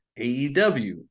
AEW